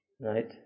right